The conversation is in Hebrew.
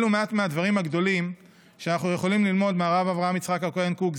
אלו מעט מהדברים הגדולים שאנחנו יכולים ללמוד מהרב אברהם יצחק הכהן קוק,